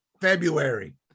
February